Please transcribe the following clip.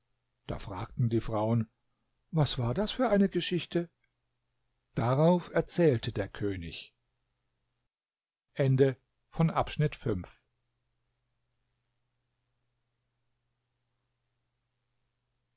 da fragten die frauen was war das für eine geschichte darauf erzählte der könig